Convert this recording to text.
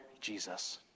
Jesus